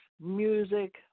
music